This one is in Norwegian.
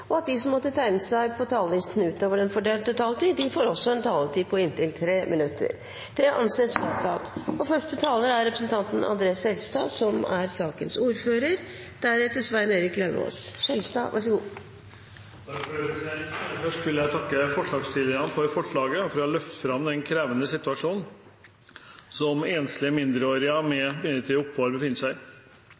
og at de som måtte tegne seg på talerlisten utover den fordelte taletid, får en taletid på inntil 3 minutter. – Det anses vedtatt. Først vil jeg takke forslagsstillerne for forslaget og for å løfte fram den krevende situasjonen som enslige mindreårige med midlertidig opphold befinner seg